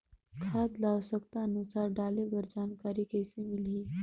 खाद ल आवश्यकता अनुसार डाले बर जानकारी कइसे मिलही?